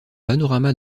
panorama